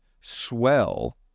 swell